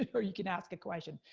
or you can ask a question.